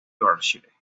yorkshire